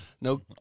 No